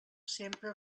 sempre